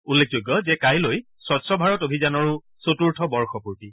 উল্লেখযোগ্য যে কাইলৈ স্বছ্ ভাৰত অভিযানৰো চতুৰ্থ বৰ্ষপূৰ্তি